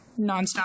nonstop